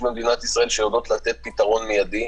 במדינת ישראל שיודעות לתת פתרון מיידי.